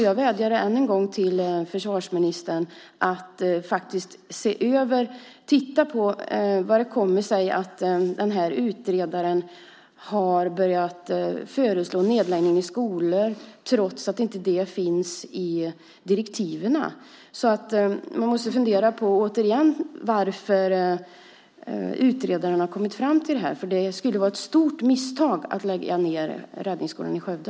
Jag vädjar än en gång till försvarsministern att faktiskt titta hur det kommer sig att den här utredaren har börjat föreslå nedläggning av skolor trots att det inte finns i direktiven. Man måste återigen fundera på varför utredaren har kommit fram till detta. Det skulle vara ett stort misstag att lägga ned räddningsskolan i Skövde.